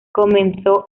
comenzó